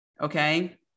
Okay